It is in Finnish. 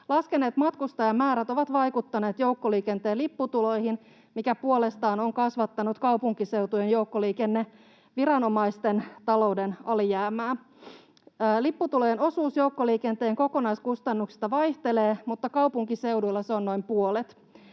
Laskeneet matkustajamäärät ovat vaikuttaneet joukkoliikenteen lipputuloihin, mikä puolestaan on kasvattanut kaupunkiseutujen joukkoliikenneviranomaisten talouden alijäämää. Lipputulojen osuus joukkoliikenteen kokonaiskustannuksista vaihtelee, mutta kaupunkiseuduilla se on noin puolet.